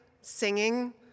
singing